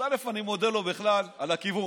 אז אני מודה לו בכלל על הכיוון,